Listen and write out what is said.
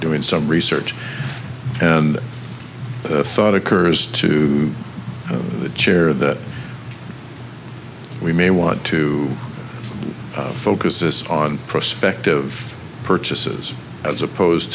doing some research and thought occurs to the chair that we may want to focus on prospective purchases as opposed